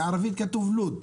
בערבית כתוב "לוד",